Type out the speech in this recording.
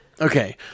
Okay